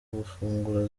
gufungura